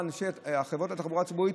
וחברות התחבורה הציבורית,